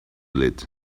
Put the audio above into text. lit